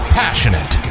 passionate